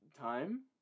Time